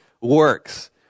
works